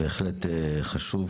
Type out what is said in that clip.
זה בהחלט חשוב.